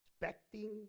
Expecting